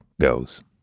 goes